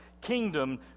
kingdom